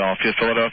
Philadelphia